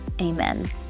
amen